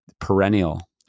perennial